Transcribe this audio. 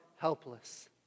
helpless